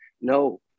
no